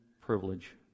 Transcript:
privilege